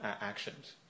actions